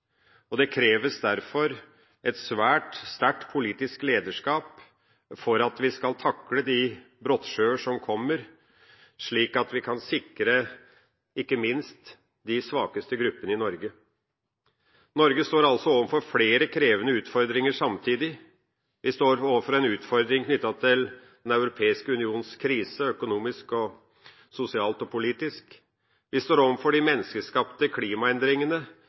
dag. Det kreves derfor et svært sterkt politisk lederskap for at vi skal takle de brottsjøer som kommer, slik at vi kan sikre ikke minst de svakeste gruppene i Norge. Norge står overfor flere krevende utfordringer samtidig. Vi står overfor en utfordring knyttet til Den europeiske unions krise, økonomisk, sosialt og politisk. Vi står overfor de menneskeskapte klimaendringene,